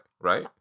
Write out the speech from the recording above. right